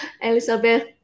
Elizabeth